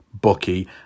Bucky